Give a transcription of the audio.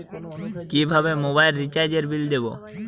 কিভাবে মোবাইল রিচার্যএর বিল দেবো?